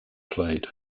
played